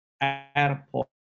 airport